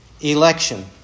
election